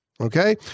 Okay